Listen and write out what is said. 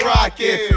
Rocket